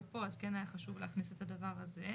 פה אז כן היה חשוב להכניס את הדבר הזה.